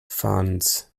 funds